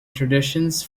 traditions